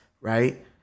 right